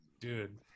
dude